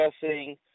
discussing